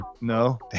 No